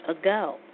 ago